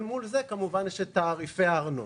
אל מול זה יש את תעריפי הארנונה.